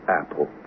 Apple